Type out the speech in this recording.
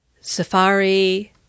Safari